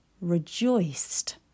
rejoiced